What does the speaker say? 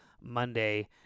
Monday